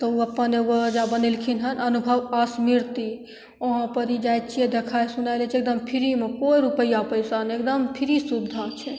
तब उ अपन एगो ओयजाँ बनेलखिन हन अनुभव स्मृति वहाँ पर जाइ छियै देखाय सुनाय लै छियै एकदम फ्रीमे कोइ रूपैआ पैसा नहि एकदम फ्री सुविधा छै